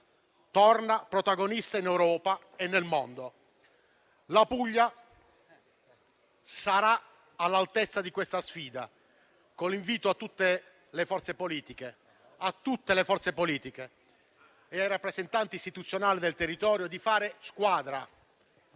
torna protagonista in Europa e nel mondo. La Puglia sarà all'altezza di questa sfida, con l'invito a tutte le forze politiche e ai rappresentanti istituzionali del territorio di fare squadra